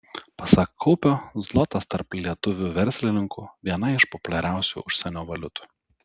pasak kaupio zlotas tarp lietuvių verslininkų viena iš populiariausių užsienio valiutų